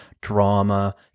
drama